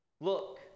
Look